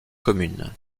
communes